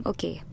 Okay